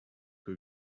que